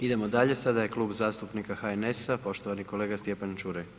Idemo dalje, sada je Klub zastupnika HNS-a, poštovani kolega Stjepan Ćuraj.